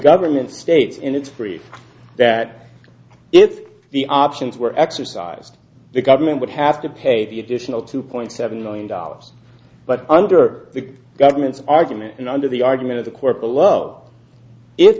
government states in its free that if the options were exercised the government would have to pay the additional two point seven million dollars but under the government's argument and under the argument of the court below if